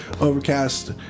Overcast